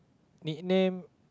nickname